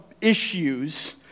issues